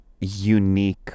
unique